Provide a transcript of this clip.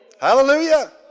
Hallelujah